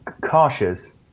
cautious